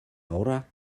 aura